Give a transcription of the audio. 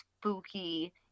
spooky